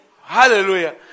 Hallelujah